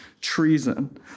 treason